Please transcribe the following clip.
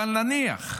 אבל נניח,